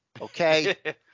Okay